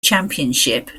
championship